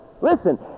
Listen